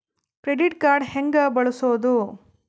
Credit card ಹೆಂಗ ಬಳಸೋದು?